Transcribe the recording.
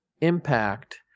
impact